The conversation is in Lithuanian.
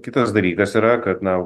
kitas dalykas yra kad na